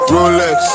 Rolex